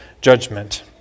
judgment